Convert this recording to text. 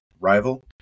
rival